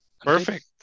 Perfect